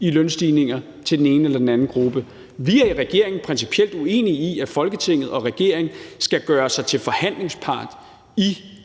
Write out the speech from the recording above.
i lønstigninger til den ene eller anden gruppe. Vi er i regeringen principielt uenige i, at Folketinget og regeringen skal gøre sig til forhandlingspart i overenskomsterne